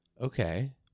Okay